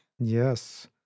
Yes